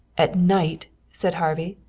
at night! said harvey.